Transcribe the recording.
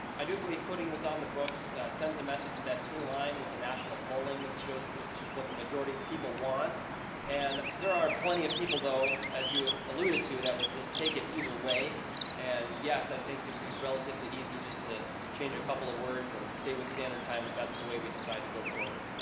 i do believe putting this on the books sends a message that's in line with the national polling this shows this is what the majority of people want and there are plenty of people though as you alluded to that would just take it either way and yes i think that would be relatively easy just to change a couple of words and stay with standard time if that's the way we decide to go forward